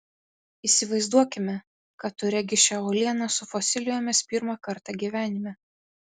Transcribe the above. įsivaizduokime kad tu regi šią uolieną su fosilijomis pirmą kartą gyvenime